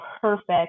perfect